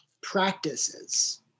practices